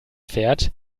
fährt